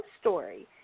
story